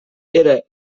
era